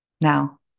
Now